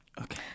Okay